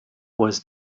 was